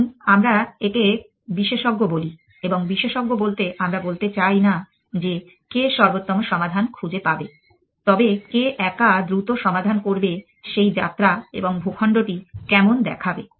আসুন আমরা একে বিশেষজ্ঞ বলি এবং বিশেষজ্ঞ বলতে আমরা বলতে চাই না যে কে সর্বোত্তম সমাধান খুঁজে পাবে তবে কে একা দ্রুত সমাধান করবে সেই যাত্রা এবং ভূখণ্ডটি কেমন দেখাবে